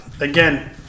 again